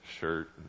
shirt